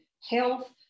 health